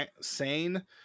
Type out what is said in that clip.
Sane